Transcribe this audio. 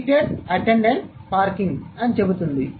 heated attendant parking అని చెబుతుంది